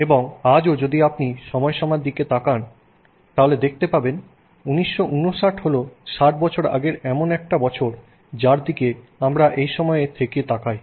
এবং আজও যদি আপনি সময়সীমার দিকে তাকান তাহলে দেখতে পাবেন 1959 হল 60 বছর আগের এমন একটা বছর যার দিকে আমরা এই সময়ে থেকে তাকাই